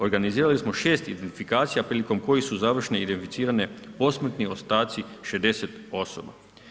Organizirali smo 6 identifikacija prilikom kojih su završno identificirani posmrtni ostaci 60 osoba.